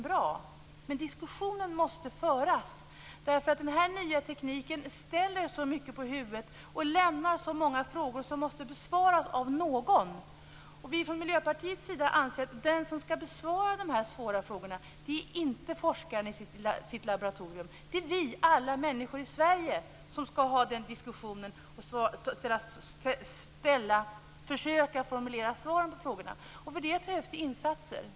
Men det måste föras en diskussion, därför att denna nya teknik ställer så mycket på huvudet och lämnar så många obesvarade frågor. Dessa frågor måste besvaras av någon. Vi från Miljöpartiet anser att det inte är forskaren i sitt lilla laboratorium som skall besvara dessa frågor, utan det är vi, alla människor i Sverige, som skall föra den diskussionen och försöka att formulera svar på frågorna. För detta behövs det insatser.